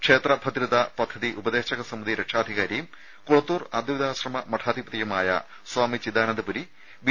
ക്ഷേത്ര ഭദ്രതാ പദ്ധതി ഉപദേശക സമിതി രക്ഷാധികാരിയും കുളത്തൂർ അദ്വൈതാശ്രമ മഠാധിപതിയുമായ സ്വാമി ചിദാനന്ദപുരി ബി